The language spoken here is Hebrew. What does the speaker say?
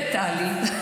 וטלי.